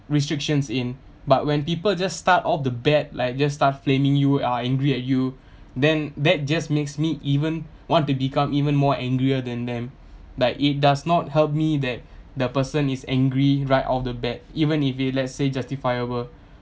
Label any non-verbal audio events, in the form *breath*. restrictions in but when people just start off the bad like just start flaming you ah angry at you *breath* then that just makes me even want to become even more angrier than them *breath* like it does not help me that the person is angry right out the bat even if you let's say justifiable